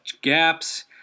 gaps